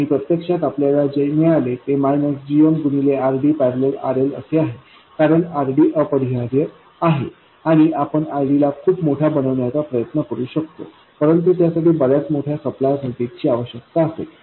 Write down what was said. आणि प्रत्यक्षात आपल्याला जे मिळते ते gmगुणिले RDपॅरलल RLअसे आहे कारण RDअपरिहार्य आहे आणि आपण RDला खूप मोठा बनवण्याचा प्रयत्न करू शकतो परंतु त्यासाठी बऱ्याच मोठ्या सप्लाय व्होल्टेजची आवश्यकता असेल